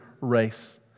race